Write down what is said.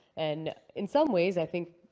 and in some ways, i think,